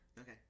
Okay